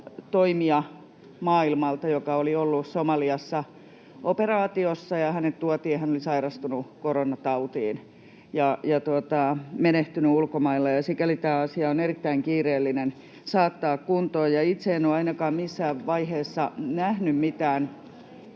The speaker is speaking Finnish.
toimija, joka oli ollut Somaliassa operaatiossa — hän oli sairastunut koronatautiin ja menehtynyt ulkomailla. Sikäli tämä asia on erittäin kiireellinen saattaa kuntoon. Itse en ole ainakaan missään vaiheessa nähnyt mitään